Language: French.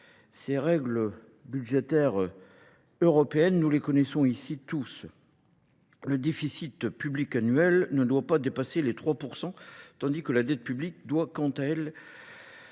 Ces règles budgétaires européennes, nous les connaissons ici tous. Le déficit public annuel ne doit pas dépasser les 3%, tandis que la dette publique doit, quant à elle,